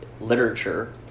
literature